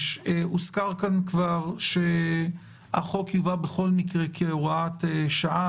הוזכר כאן כבר שהחוק יובא בכל מקרה כהוראת שעה,